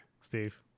Steve